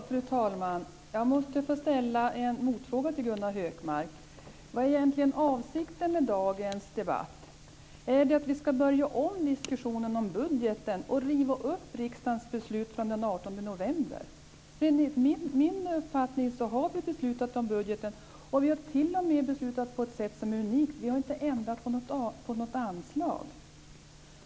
Fru talman! Jag måste få ställa en motfråga till Gunnar Hökmark. Vad är egentligen avsikten med dagens debatt? Är det att vi ska börja om med diskussionen om budgeten och riva upp riksdagens beslut från den 18 november? Enligt min uppfattning har vi beslutat om budgeten. Vi har t.o.m. beslutat på ett sätt som är unikt. Vi har inte ändrat på något anslag.